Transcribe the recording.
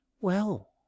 Well